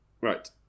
Right